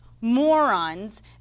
Morons